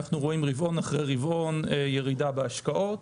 אנחנו רואים רבעון אחרי רבעון ירידה בהשקעות